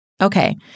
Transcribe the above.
Okay